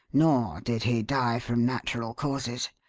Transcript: nor did he die from natural causes.